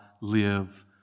live